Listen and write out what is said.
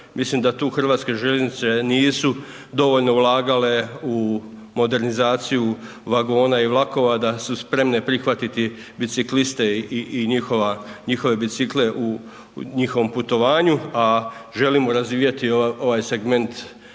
mislim da tu Hrvatske željeznice nisu dovoljno ulagale u modernizaciju vagona i vlakova da su spremne prihvatiti bicikliste i njihove bicikle u njihovom putovanju a želimo razvijati ovaj segment